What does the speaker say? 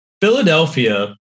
Philadelphia